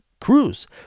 cruise